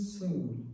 soul